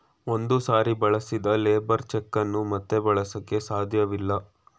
ಒಂದು ಸಾರಿ ಬಳಸಿದ ಲೇಬರ್ ಚೆಕ್ ಅನ್ನು ಮತ್ತೆ ಬಳಸಕೆ ಸಾಧ್ಯವಿಲ್ಲ